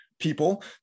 people